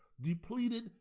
depleted